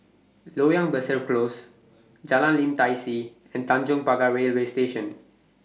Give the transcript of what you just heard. Loyang Besar Close Jalan Lim Tai See and Tanjong Pagar Railway Station